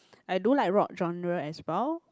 I don't like rock journal as well